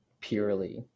purely